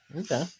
Okay